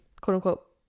quote-unquote